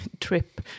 trip